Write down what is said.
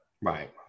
Right